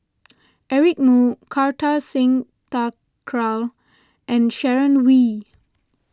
Eric Moo Kartar Singh Thakral and Sharon Wee